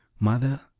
mother,